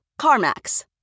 CarMax